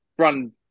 Run